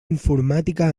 informàtica